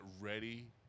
ready